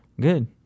Good